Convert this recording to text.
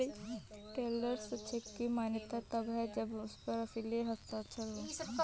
travellers cheque की मान्यता तब है जब उस पर असली हस्ताक्षर हो